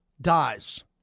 dies